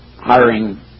hiring